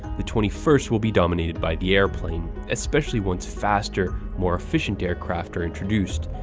the twenty first will be dominated by the airplane, especially once faster, more efficient aircraft are introduced,